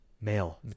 male